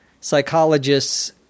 Psychologists